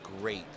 great